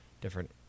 different